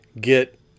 get